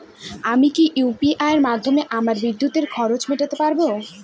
আমি কি ইউ.পি.আই মাধ্যমে আমার বিদ্যুতের খরচা মেটাতে পারব?